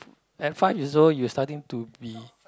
at five years old you starting to be